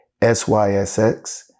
SYSX